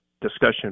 discussion